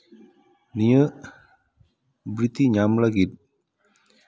ᱱᱤᱭᱟᱹ ᱵᱨᱤᱛᱛᱤ ᱧᱟᱢ ᱞᱟᱹᱜᱤᱫ